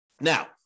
Now